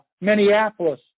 Minneapolis